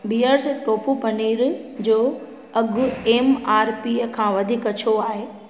bears tofu paneer जो अघु M R P खां वधीक छो आहे